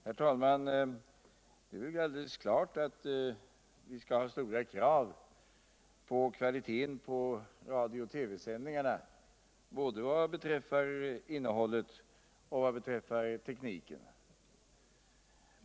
Herr talman! Det är väl alldeles klart att vi skall ställa krav på kvaliteten på radio och TV-sändningarna både vad beträftar innehållet och vad beträffar tekniken.